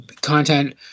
content